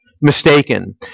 mistaken